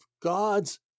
God's